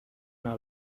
una